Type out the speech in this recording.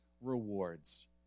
rewards